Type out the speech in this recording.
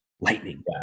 lightning